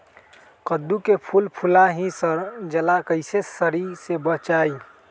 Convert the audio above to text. कददु के फूल फुला के ही सर जाला कइसे सरी से बचाई?